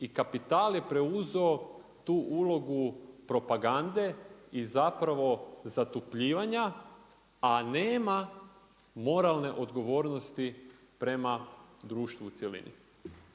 i kapital je preuzeo tu ulogu propagande i zatupljivanja, a nema moralne odgovornosti prema društvu u cjelini.